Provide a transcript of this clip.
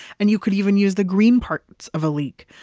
and you could even use the green parts of a leak.